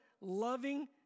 Loving